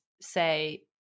say